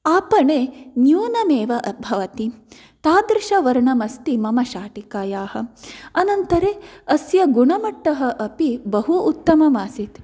आपणे न्यूनमेव भवति तादृशवर्णम् अस्ति मम शाटिकायाः अनन्तरे अस्य गुणमट्टः अपि बहु उत्तमम् आसीत्